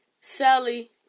Sally